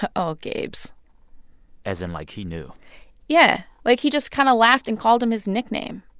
ah oh, gabes as in, like, he knew yeah. like, he just kind of laughed and called him his nickname.